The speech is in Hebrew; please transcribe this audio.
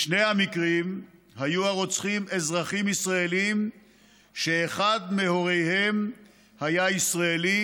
בשני המקרים היו הרוצחים אזרחים ישראלים שאחד מהוריהם היה ישראלי